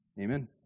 amen